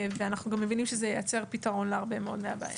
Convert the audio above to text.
אנחנו גם מבינים שזה ייצר פיתרון להרבה מאוד מהבעיה.